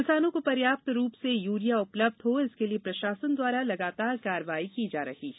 किसानों को पर्याप्त रूप से यूरिया उपलब्ध हो इसके लिए प्रशासन द्वारा लगातार कार्यवाही की जा रही है